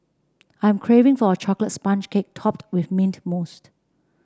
I am craving for a chocolate sponge cake topped with mint mousse